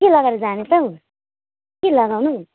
के लगाएर जाने त हौ के लगाउनु